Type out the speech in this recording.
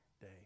day